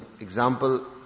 Example